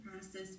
process